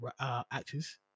actors